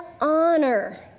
honor